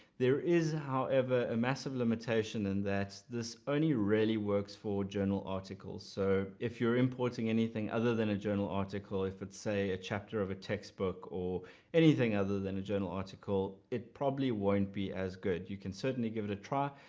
there is however a massive limitation and that this only really works for journal articles. so if you're importing anything other than a journal article, if it's a a chapter of a textbook or anything other than a journal article, it probably won't be as good. you can certainly give it a try,